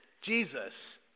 Jesus